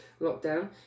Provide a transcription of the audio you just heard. lockdown